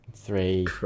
Three